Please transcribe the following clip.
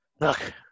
Look